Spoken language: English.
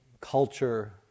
culture